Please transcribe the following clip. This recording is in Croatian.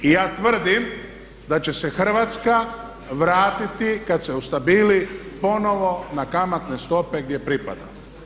I ja tvrdim da će se Hrvatska vratiti kad se ustabili ponovno na kamatne stope gdje pripada.